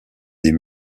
des